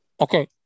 Okay